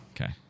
Okay